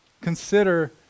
Consider